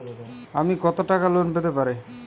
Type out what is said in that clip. আমি কত টাকা লোন পেতে পারি?